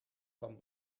van